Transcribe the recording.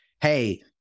Hey